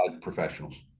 professionals